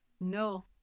no